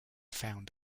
found